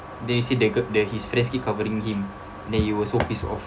they said that gir~ the his friends keep covering him then you were so pissed off